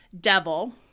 devil